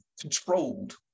controlled